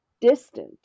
Distant